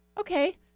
okay